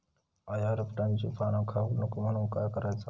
अळ्या रोपट्यांची पाना खाऊक नको म्हणून काय करायचा?